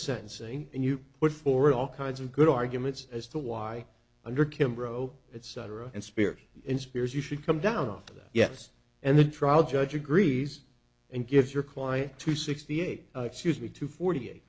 sentencing and you put forward all kinds of good arguments as to why under kim bro etc and spears in spears you should come down off of that yes and the trial judge agrees and gives your client to sixty eight excuse me to forty